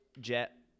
jet